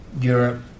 Europe